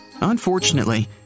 Unfortunately